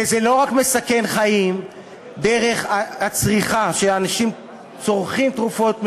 זה לא רק מסכן חיים דרך זה שאנשים צורכים תרופות מזויפות,